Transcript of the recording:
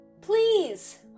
Please